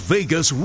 Vegas